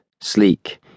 sleek